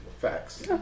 Facts